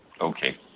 Okay